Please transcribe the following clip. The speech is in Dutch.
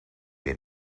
weer